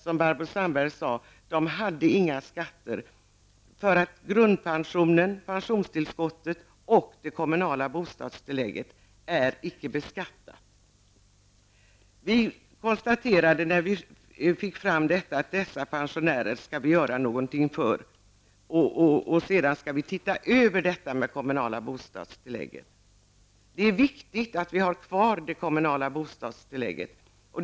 Som Barbro Sandberg sade är det här inte fråga om några skatter. Grundpensionen, pensionstillskottet och det kommunala bostadstillägget är ju icke beskattade. Vi konstaterade i det sammanhanget att vi måste göra någonting för dessa pensionärer. Sedan skall vi se över detta med det kommunala bostadstillägget. Det är viktigt att ha kvar detta.